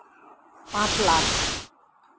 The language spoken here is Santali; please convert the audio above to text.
ᱯᱟᱸᱪ ᱞᱟᱠᱷ